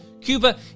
Cuba